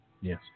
Yes